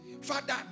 father